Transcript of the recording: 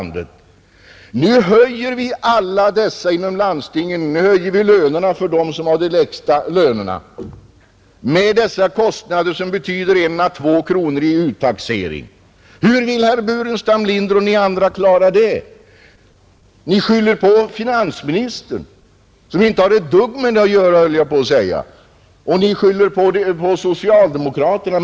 Nu höjer vi inom landstingen lönerna för dem som har minst betalt, och kostnaderna betyder ytterligare 1 å 2 kronor i uttaxering. Hur vill herr Burenstam Linder och ni andra klarar det? Ni skyller på finansministern, som inte har ett dugg med detta att göra — höll jag på att säga — och ni skyller på socialdemokraterna.